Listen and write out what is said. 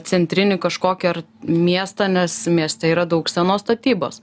centrinį kažkokį ar miestą nes mieste yra daug senos statybos